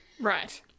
Right